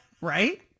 right